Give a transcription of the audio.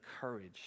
courage